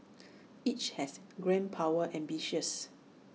each has grand power ambitions